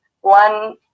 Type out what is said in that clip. one